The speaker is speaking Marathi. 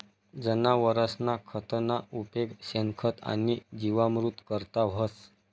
जनावरसना खतना उपेग शेणखत आणि जीवामृत करता व्हस